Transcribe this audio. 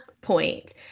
point